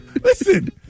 Listen